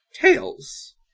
Tails